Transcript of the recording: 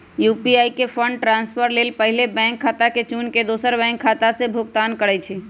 UPI से fund transfer लेल पहिले बैंक खता के चुन के दोसर बैंक खता से भुगतान करइ छइ